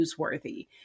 newsworthy